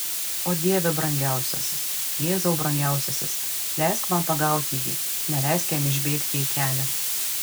o dieve brangiausiasis jėzau brangiausiasis leisk man pagauti jį neleisk jam išbėgti į kelią